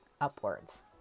upwards